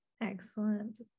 Excellent